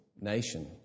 nation